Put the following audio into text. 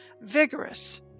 vigorous